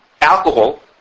alcohol